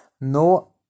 no